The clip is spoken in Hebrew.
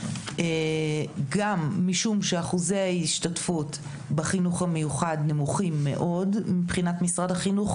גם משום שאחוזי ההשתתפות בחינוך המיוחד נמוכים מאוד מבחינת משרד החינוך,